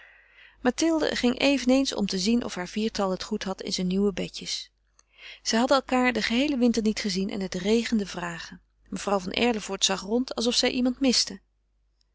mathilde ging eveneens om te zien of haar viertal het goed had in zijn nieuwe bedjes zij hadden elkaar den geheelen winter niet gezien en het regende vragen mevrouw van erlevoort zag rond alsof zij iemand miste